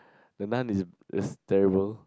the Nun is is terrible